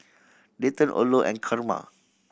Dayton Orlo and Carma